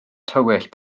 tywyll